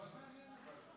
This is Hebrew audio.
מאוד מעניין.